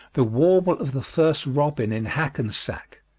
the warble of the first robin in hackensack,